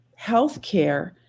healthcare